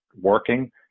working